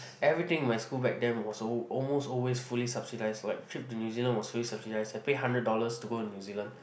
everything my school back then was al~ almost always fully subsidized like the trip to New Zealand was fully subsidized I pay hundred dollars to go to New Zealand